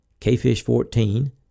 KFish14